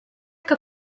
que